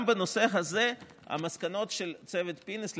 גם בנושא הזה המסקנות של צוות פינס,